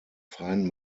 freien